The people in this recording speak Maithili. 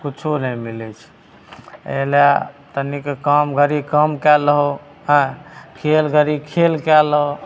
किछु नहि मिलै छै एहिले तनिक काम घड़ी काम कै लहो हेँ खेल घड़ी खेल कै लहो